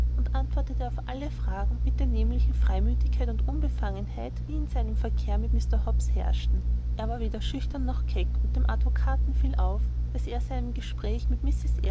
und antwortete auf alle fragen mit der nämlichen freimütigkeit und unbefangenheit die in seinem verkehr mit mr hobbs herrschten er war weder schüchtern noch keck und dem advokaten fiel auf daß er seinem gespräch mit mrs